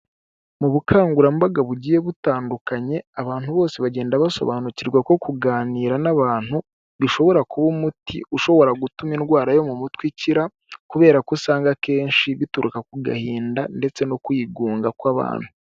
Mu bukangurambaga bugiye butandukanye, abantu bose bagenda basobanukirwa ko kuganira n'abantu bishobora kuba umuti ushobora gutuma indwara yo mu mutwe ukira, kubera ko usanga akenshi bituruka ku gahinda ndetse no kwigunga kw'abantu.